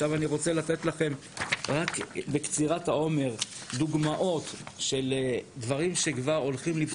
אני כוללת בזה את היסטוריה, ספרות, תנ"ך ושפה